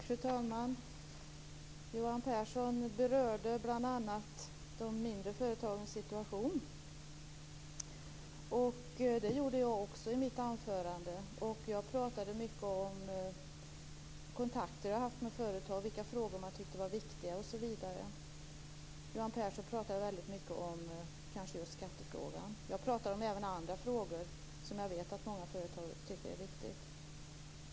Fru talman! Johan Pehrson berörde bl.a. de mindre företagens situation. Det gjorde jag också i mitt anförande. Jag pratade mycket om kontakter som jag har haft med företag, vilka frågor de tyckte var viktiga osv. Johan Pehrson pratade väldigt mycket om skattefrågan. Jag pratade även om andra frågor som jag vet att många företag tycker är viktiga.